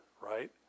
right